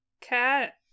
Cat